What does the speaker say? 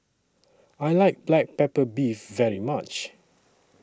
I like Black Pepper Beef very much